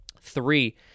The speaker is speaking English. Three